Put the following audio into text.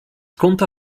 kąta